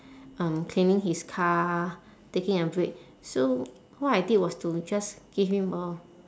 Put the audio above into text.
um cleaning his car taking a break so what I did was to just give him a